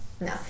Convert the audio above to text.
No